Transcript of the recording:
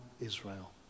Israel